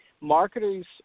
marketers